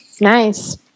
Nice